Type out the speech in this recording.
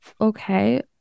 Okay